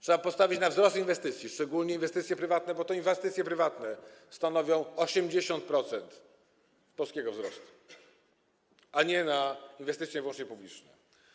Trzeba postawić na wzrost inwestycji, szczególnie inwestycji prywatnych, bo to inwestycje prywatne stanowią 80% polskiego wzrostu, a nie na inwestycje wyłącznie publiczne.